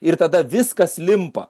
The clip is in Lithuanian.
ir tada viskas limpa